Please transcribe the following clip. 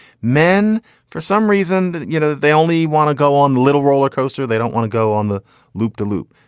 men for some reason. you know, they only want to go on little roller coaster. they don't want to go on the loop de loop.